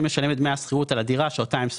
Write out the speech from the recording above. שמשלם את דמי השכירות על הדירה שאותם הם שוכרים.